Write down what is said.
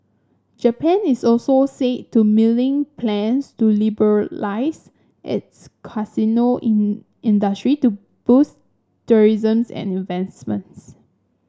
Japan is also said to mulling plans to liberalise its casino in industry to boost tourism's and investments